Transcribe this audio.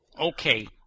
Okay